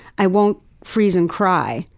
i won't freeze and cry.